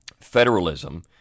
federalism